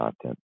content